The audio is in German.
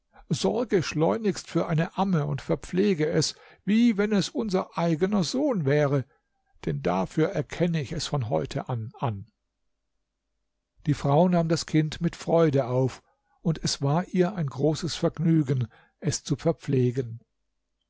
sorge schleunigst für eine amme und verpflege es wie wenn es unser eigener sohn wäre denn dafür erkenne ich es von heute an die frau nahm das kind mit freude auf und es war ihr ein großes vergnügen es zu verpflegen